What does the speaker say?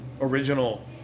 original